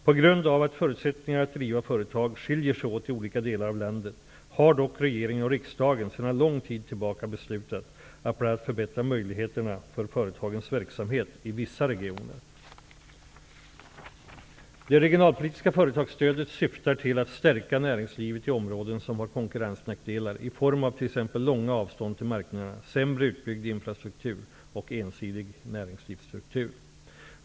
På grund av att förutsättningarna att driva företag skiljer sig åt i olika delar av landet har dock regeringen och riksdagen sedan lång tid tillbaka beslutat att bl.a. förbättra möjligheterna för företagens verksamhet i vissa regioner. Det regionalpolitiska företagsstödet syftar till att stärka näringslivet i områden som har konkurrensnackdelar i form av t.ex. långa avstånd till marknaderna, sämre utbyggd infrastruktur och ensidig näringslivsstruktur.